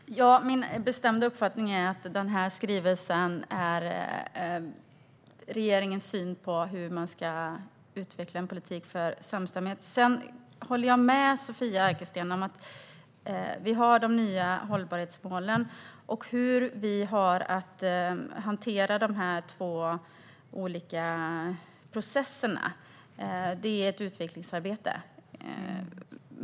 Herr talman! Min bestämda uppfattning är att skrivelsen ger regeringens syn på hur man ska utveckla en politik för samstämmighet. Sedan håller jag med Sofia Arkelsten om att vi har de nya hållbarhetsmålen. Hur vi ska hantera de två olika processerna är ett utvecklingsarbete.